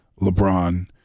LeBron